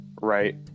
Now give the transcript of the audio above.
Right